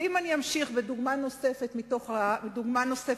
ואם אני אמשיך בדוגמה נוספת מחוק ההסדרים,